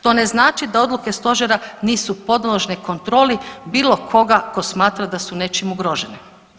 To ne znači da odluke stožera nisu podložne kontroli bilo koga ko smatra da su nečim ugroženi.